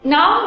Now